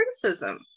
criticism